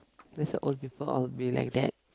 that's why old people all be like that